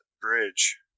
bridge